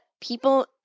people